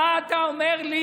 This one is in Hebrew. מה אתה אומר לי,